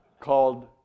called